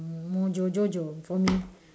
mojo jojo for me